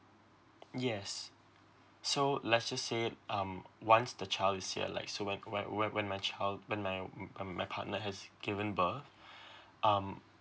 yes so let's just say um once the child is here like so when when when when when my child when my mm when my partner has given birth um